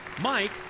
Mike